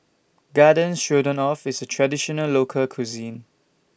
Garden Stroganoff IS Traditional Local Cuisine